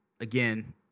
again